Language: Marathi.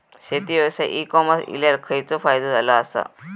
शेती व्यवसायात ई कॉमर्स इल्यावर खयचो फायदो झालो आसा?